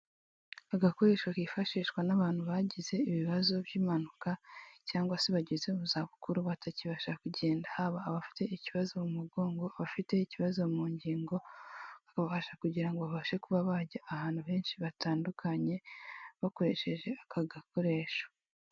Agakoresho kifashishwa n'abantu bagize ibibazo by'impanuka cyangwa se bageze mu za bukuru batakibasha kugenda, haba abafite ikibazo mu mugongo, abafite ikibazo mu ngingo, bakabasha kugira ngo babashe kuba bajya ahantu henshi hatandukanye, bakoresheje aka gakoresho.